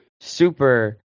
super